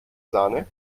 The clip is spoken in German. sahne